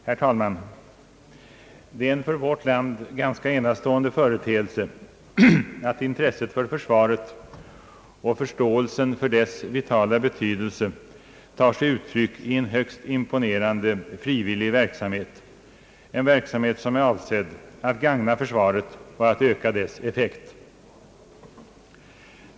Herr talman! Det är en för vårt land ganska enastående företeelse att intresset för försvaret och förståelsen för dess vitala betydelse tar sig uttryck i en högst imponerande frivillig verksamhet, en verksamhet som är avsedd att gagna försvaret och att öka dess effekt.